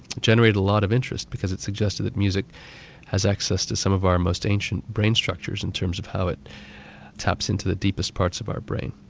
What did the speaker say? generated a lot of interest because it suggested that music has access to some of our most ancient brain structures in terms of how it taps into the deepest parts of our brain.